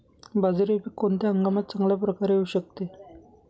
बाजरी हे पीक कोणत्या हंगामात चांगल्या प्रकारे येऊ शकते?